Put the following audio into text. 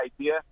idea